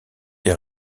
des